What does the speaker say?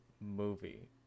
movie